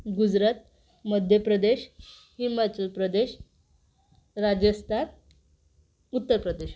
Gujarat Madhya Pradesh Himachal Pradesh Rajasthan Uttar Pradesh